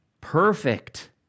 perfect